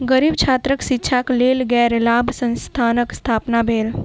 गरीब छात्रक शिक्षाक लेल गैर लाभ संस्थानक स्थापना भेल